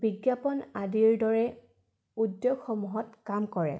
বিজ্ঞাপন আদিৰ দৰে উদ্যোগসমূহত কাম কৰে